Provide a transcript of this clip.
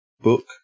book